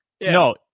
No